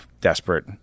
desperate